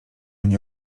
nie